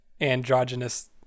androgynous